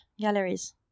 galleries